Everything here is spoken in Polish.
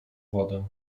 wodę